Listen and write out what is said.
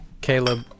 Caleb